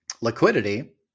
Liquidity